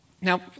now